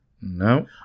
No